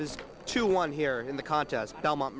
is two one here in the contest belmont